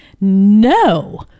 no